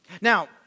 Now